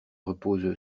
repose